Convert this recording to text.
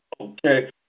Okay